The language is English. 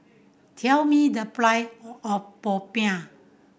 tell me the of popiah